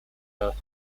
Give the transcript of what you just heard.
both